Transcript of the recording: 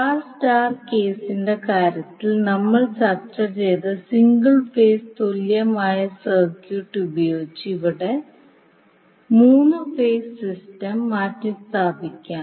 star star കേസിന്റെ കാര്യത്തിൽ നമ്മൾ ചർച്ച ചെയ്ത സിംഗിൾ ഫേസ് തുല്യമായ സർക്യൂട്ട് ഉപയോഗിച്ച് ഇവിടെ 3 ഫേസ് സിസ്റ്റം മാറ്റിസ്ഥാപിക്കാം